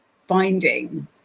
finding